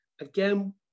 Again